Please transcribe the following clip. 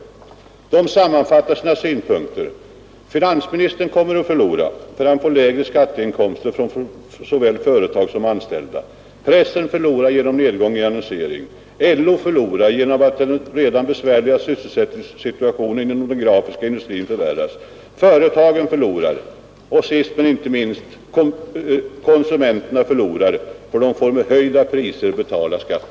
Deras synpunkter kan sammanfattas så: Finansministern kommer att förlora, för han får lägre skatteinkomster från såväl företag som anställda. Pressen förlorar genom en nedgång i annonseringen. LO förlorar genom att den redan besvärliga sysselsättningssituationen inom den grafiska industrin förvärras. Företagen förlorar. Sist men inte minst konsumenterna förlorar; de får genom höjda priser betala skatten.